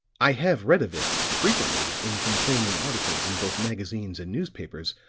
i have read of it, frequently, in complaining articles in both magazines and newspapers.